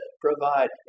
provide